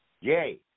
Yay